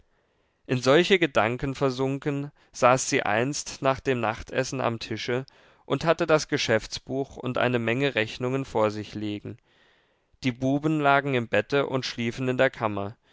in solche gedanken versunken saß sie einst nach dem nachtessen am tische und hatte das geschäftsbuch und eine menge rechnungen vor sich liegen die buben lagen im bette und schliefen in der kammer